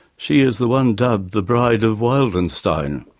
she is the one dubbed the bride of wildenstein.